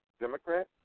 Democrat